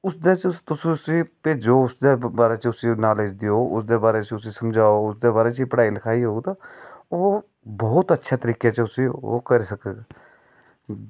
ते तुस उसी उसदे च भेजो उसदे बारै च उसी नॉलेज़ देओ ओह्दे बारै च उसी समझाओ ते ओह्दे बारै च गै पढ़ाई लिखाई होग ते ओह् बहोत अच्चे तरीकै च उसी करी सकदे